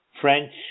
French